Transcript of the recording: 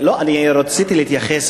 אני רציתי להתייחס,